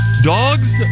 Dogs